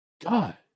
God